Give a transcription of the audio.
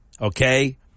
okay